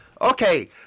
Okay